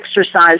exercise